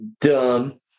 dumb